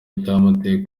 icyamuteye